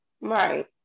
Right